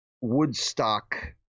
Woodstock